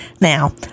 Now